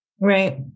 Right